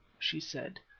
she said.